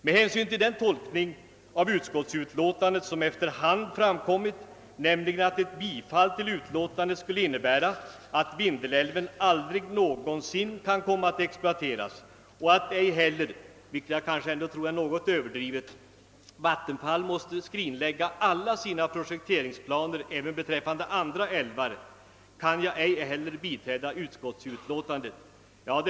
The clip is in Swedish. Med hänsyn till den tolkning av utskottsutlåtandet som efter hand framkommit, nämligen att ett bifall till utskottets hemställan skulle innebära att Vindelälven aldrig någonsin kan komma att exploateras och att Vattenfall måste — något som jag dock tror är litet överdrivet — skrinlägga alla sina projekt även beträffande andra älvar, kan jag inte heller biträda utskottets hemställan.